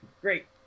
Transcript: Great